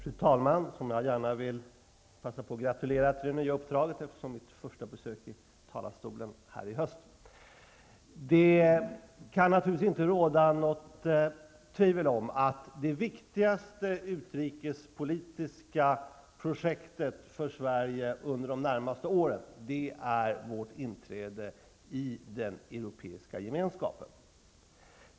Fru talman! Jag vill gärna passa på att gratulera fru talmannen till det nya uppdraget, eftersom detta är mitt första besök i talarstolen nu i höst. Det kan naturligtvis inte råda något tvivel om att det viktigaste utrikespolitiska projektet för Sverige under det närmaste åren är vårt inträde i Europeiska gemenskapen.